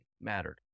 mattered